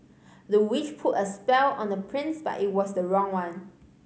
the witch put a spell on the prince but it was the wrong one